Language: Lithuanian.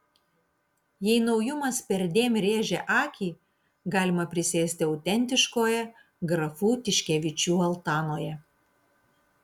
jei naujumas perdėm rėžia akį galima prisėsti autentiškoje grafų tiškevičių altanoje